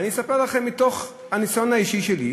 ואני אספר לכם מתוך הניסיון האישי שלי.